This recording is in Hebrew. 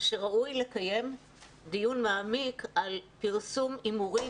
שראוי לקיים דיון מעמיק על פרסום הימורים